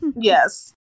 Yes